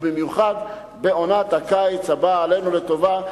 ובמיוחד בעונת הקיץ הבא עלינו לטובה.